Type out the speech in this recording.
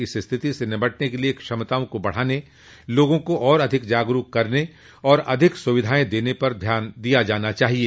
इस स्थिति से निपटने के लिए क्षमताओं को बढाने लोगों को और अधिक जागरूक करने और अधिक सुविधाएं देने पर ध्यान दिया जाना चाहिए